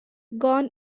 gone